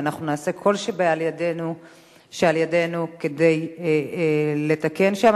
ואנחנו נעשה כל שלאל ידנו כדי לתקן שם.